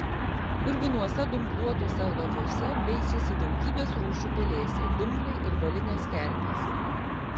purvinuose dumbluotuose loviuose veisėsi daugybės rūšių pelėsiai dumbliai ir balinės kerpės